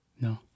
No